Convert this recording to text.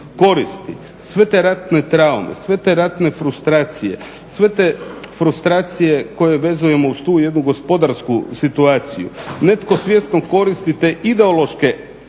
koristi sve te ratne traume, sve te ratne frustracije, sve te frustracije koje vezujemo uz tu jednu gospodarsku situaciju. Netko svjesno koristi te ideološke